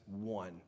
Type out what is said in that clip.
one